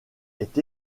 est